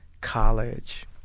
college